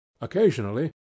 Occasionally